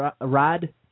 Rod